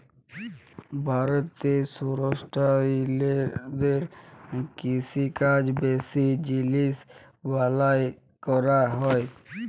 ভারতে সুস্টাইলেবেল কিষিকাজ বেশি জিলিস বালাঁয় ক্যরা হ্যয়